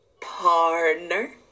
partner